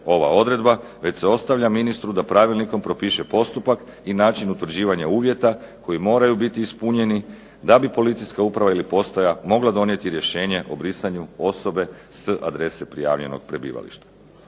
ova odredba već se ostavlja ministru da pravilnikom propiše postupak i način utvrđivanja uvjeta koji moraju biti ispunjeni da bi policijska uprava ili postaja mogla donijeti rješenje o brisanju osobe s adrese prijavljenog prebivališta.